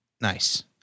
Nice